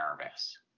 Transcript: nervous